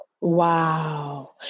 Wow